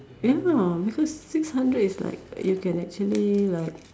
I don't know ah because six hundred is like you can actually like